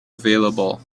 available